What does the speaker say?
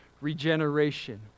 regeneration